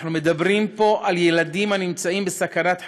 אנחנו מדברים פה על ילדים הנמצאים בסכנת חיים,